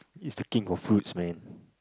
it's the king of fruits man